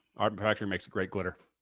art factory makes a great glitter.